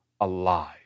alive